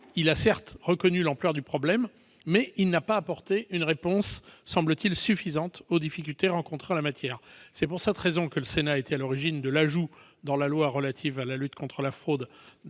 a certes reconnu l'ampleur du problème, mais il n'a pas apporté une réponse, semble-t-il, satisfaisante aux difficultés rencontrées en la matière. C'est pour cette raison que le Sénat a été à l'origine de l'ajout de l'article 11 dans la loi relative à la lutte contre la fraude.